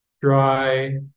dry